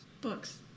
Books